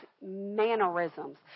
mannerisms